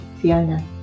Fiona